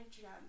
gem